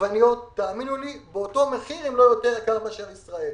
העגבניות הן באותו מחיר, אם לא יותר מאשר בישראל.